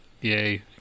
Yay